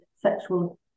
sexual